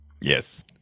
yes